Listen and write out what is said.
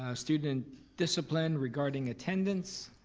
ah student discipline regarding attendance.